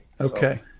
Okay